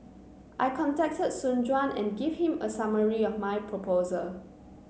I contacted Soon Juan and gave him a summary of my proposal